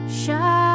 shine